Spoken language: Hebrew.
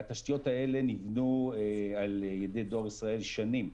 והתשתיות האלה נבנו על ידי דואר ישראל שנים.